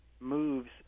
moves